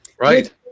Right